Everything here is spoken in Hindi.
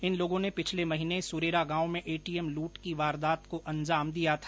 इन लोगों ने पिछले महीने सुरेरा गांव में एटीएम लूट की वारदात को अंजाम दिया था